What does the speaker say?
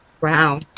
Wow